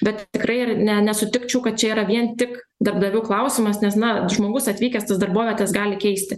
bet tikrai ir ne nesutikčiau kad čia yra vien tik darbdavių klausimas nes na žmogus atvykęs tas darbovietes gali keisti